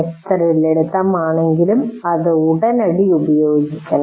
എത്ര ലളിതമാണെങ്കിലും ഇത് ഉടനടി പ്രയോഗിക്കണം